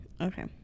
Okay